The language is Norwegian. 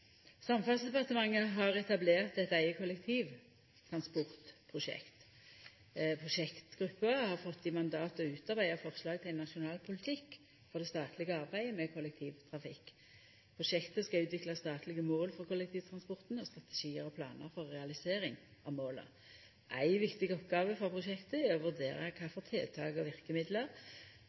Samferdselsdepartementet har etablert eit eige kollektivtransportprosjekt. Prosjektgruppa har fått i mandat å utarbeida forslag til ein nasjonal politikk for det statlege arbeidet med kollektivtrafikk. Prosjektet skal utvikla statlege mål for kollektivtransporten og strategiar og planar for realisering av måla. Ei viktig oppgåve for prosjektet er å vurdera kva for tiltak og verkemiddel